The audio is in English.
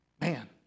man